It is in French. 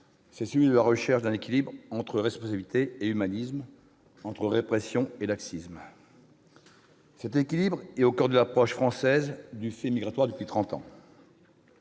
c'est celui de la recherche d'un équilibre entre responsabilité et humanisme, entre répression et laxisme. Cet équilibre est au coeur de l'approche française du fait migratoire depuis trente